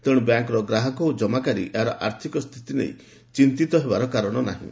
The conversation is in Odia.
ତେଣୁ ବ୍ୟାଙ୍କର ଗ୍ରାହକ ଓ ଜମାକାରୀ ଏହାର ଆର୍ଥିକ ସ୍ଥିତି ନେଇ ଚିନ୍ତିତ ହେବାର ଅବକାଶ ନାହିଁ